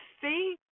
see